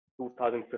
2015